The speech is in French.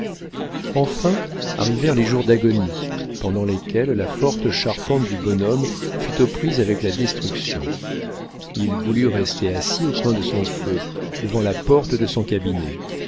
enfin arrivèrent les jours d'agonie pendant lesquels la forte charpente du bonhomme fut aux prises avec la destruction il voulut rester assis au coin de son feu devant la porte de son cabinet